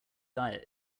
diet